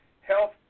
health